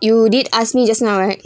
you did ask me just now right